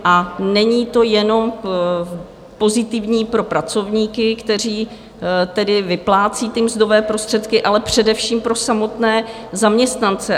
A není to jenom pozitivní pro pracovníky, kteří tedy vyplácejí ty mzdové prostředky, ale především pro samotné zaměstnance.